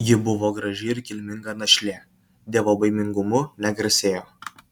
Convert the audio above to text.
ji buvo graži ir kilminga našlė dievobaimingumu negarsėjo